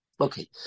okay